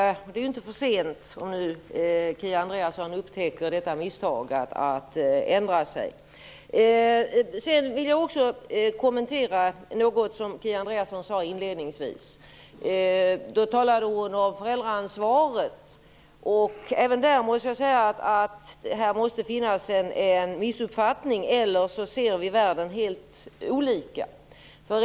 Om Kia Andreasson nu upptäcker att hon gjort ett misstag är det ännu inte för sent att ändra sig. Jag vill också kommentera något som Kia Andreasson sade inledningsvis, då hon talade om föräldraansvaret. Även på den punkten måste det finnas en missuppfattning, eller också ser vi världen helt olika.